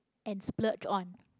and splurge on